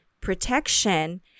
protection